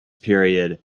period